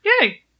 Yay